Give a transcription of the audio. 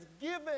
given